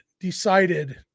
decided